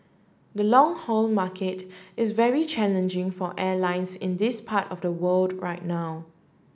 the long haul market is very challenging for airlines in this part of the world right now